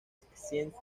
science